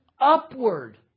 upward